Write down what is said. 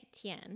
Tian